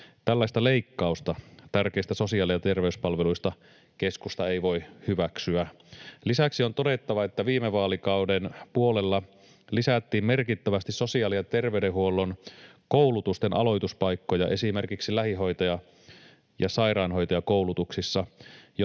Tällaista leikkausta tärkeistä sosiaali- ja terveyspalveluista keskusta ei voi hyväksyä. Lisäksi on todettava, että viime vaalikauden puolella lisättiin merkittävästi sosiaali- ja terveydenhuollon koulutusten aloituspaikkoja esimerkiksi lähihoitaja- ja sairaanhoitajakoulutuksissa,